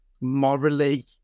morally